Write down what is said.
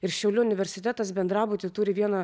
ir šiaulių universitetas bendrabutį turi vieno